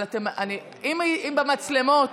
אם במצלמות,